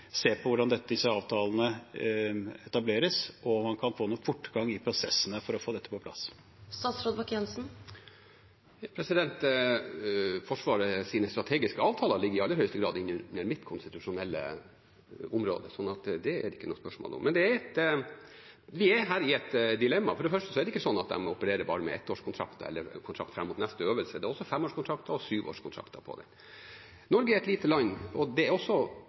man kan få fortgang i prosessene for å få dette på plass? Forsvarets strategiske avtaler ligger i aller høyeste grad inn under mitt konstitusjonelle område. Så det er det ikke noe spørsmål om, men vi er her i et dilemma. For det første er det ikke sånn at de opererer bare med ettårskontrakter eller kontrakt fram mot neste øvelse. Det er også femårskontrakter og sjuårskontrakter. Norge er et lite land, og det er